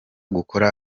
gukora